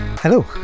Hello